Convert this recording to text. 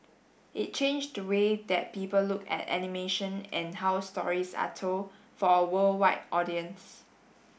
it changed the way that people look at animation and how stories are told for a worldwide audience